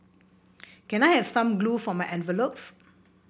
can I have some glue for my envelopes